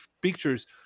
pictures